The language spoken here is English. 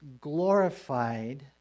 glorified